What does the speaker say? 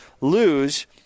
lose